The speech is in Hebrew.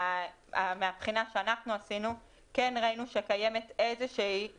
מהבחינה שעשינו כן ראינו שקיימת איזושהי